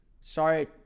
Sorry